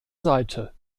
seite